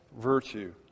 virtue